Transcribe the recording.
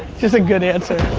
just a good answer.